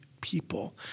people